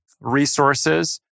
resources